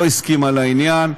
לא הסכימה לעניין,